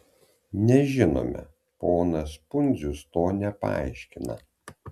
nežinome ponas pundzius to nepaaiškina